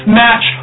match